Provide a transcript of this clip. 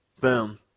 Boom